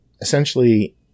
essentially